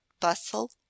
Bustle